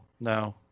no